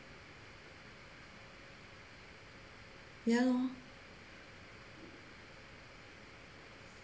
ya lor